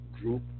Group